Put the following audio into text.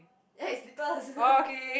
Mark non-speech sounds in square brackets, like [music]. ya it's slippers [laughs]